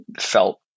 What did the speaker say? felt